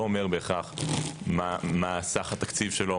לא אומר בהכרח מה סך התקציב שלו,